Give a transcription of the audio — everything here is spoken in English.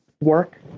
work